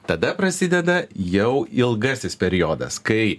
tada prasideda jau ilgasis periodas kai